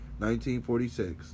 1946